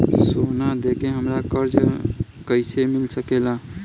सोना दे के हमरा कर्जा कईसे मिल सकेला?